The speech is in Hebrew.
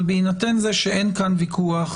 אבל בהינתן זה שאין כאן ויכוח